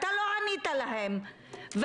לא ענית להם,